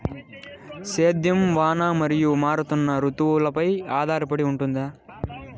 సేద్యం వాన మరియు మారుతున్న రుతువులపై ఆధారపడి ఉంటుంది